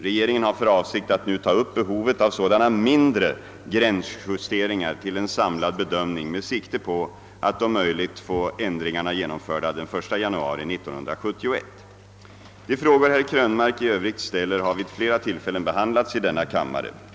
Regeringen har för avsikt att nu ta upp behovet av sådana mindre gränsjusteringar till en samlad bedömning med sikte på att om möj ligt få ändringarna genomförda den 1 januari 1971. De frågor herr Krönmark i övrigt ställer har vid flera tillfällen behandlats i denna kammare.